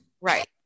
Right